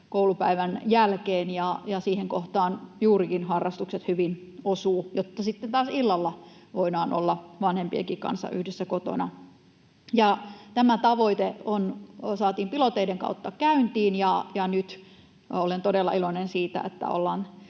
koulupäivän jälkeen, ja siihen kohtaan juurikin harrastukset hyvin osuvat, jotta sitten taas illalla voidaan olla vanhempienkin kanssa yhdessä kotona. Tämä tavoite saatiin pilottien kautta käyntiin, ja nyt olen todella iloinen siitä, että ollaan